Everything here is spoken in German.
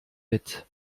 mit